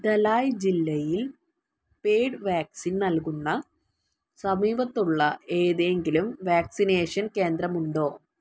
ധലായ് ജില്ലയിൽ paid vaccine നൽകുന്ന സമീപത്തുള്ള ഏതെങ്കിലും വാക്സിനേഷൻ കേന്ദ്രമുണ്ടോ